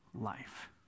life